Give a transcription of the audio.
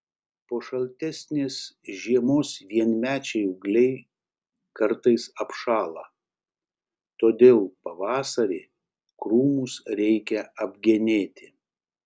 po šaltesnės žiemos vienmečiai ūgliai kartais apšąla todėl pavasarį krūmus reikia apgenėti